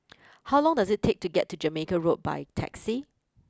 how long does it take to get to Jamaica Road by taxi